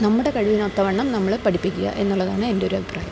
നമ്മുടെ കഴിവിനൊത്തവണ്ണം നമ്മള് പഠിപ്പിക്കുക എന്നുള്ളതാണ് എൻ്റെ ഒരഭിപ്രായം